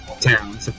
town